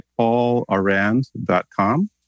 paularand.com